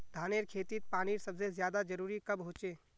धानेर खेतीत पानीर सबसे ज्यादा जरुरी कब होचे?